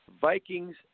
Vikings